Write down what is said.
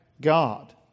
God